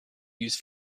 used